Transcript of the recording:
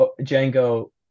Django